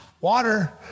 water